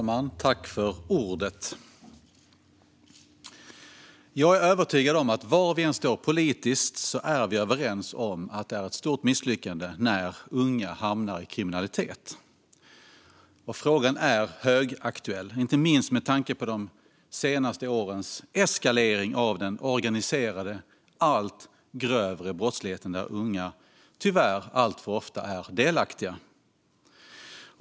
Herr talman! Jag är övertygad om att vi, var vi än står politiskt, är överens om att det är ett stort misslyckande när unga hamnar i kriminalitet. Frågan är högaktuell, inte minst med tanke på de senaste årens eskalering av den organiserade och allt grövre brottsligheten, där unga alltför ofta är delaktiga.